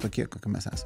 tokie kokie mes esam